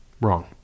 Wrong